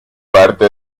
parte